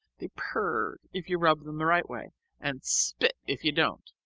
they purr if you rub them the right way and spit if you don't.